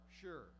sure